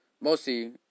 mostly